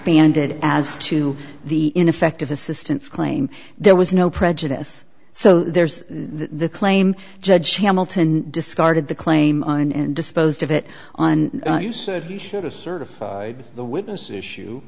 banded as to the ineffective assistance claim there was no prejudice so there's the claim judge hamilton discarded the claim and disposed of it on you said he should a certified the witness issue